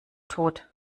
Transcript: tot